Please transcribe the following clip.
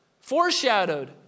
foreshadowed